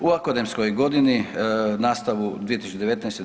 U akademskoj godini nastavu 2019.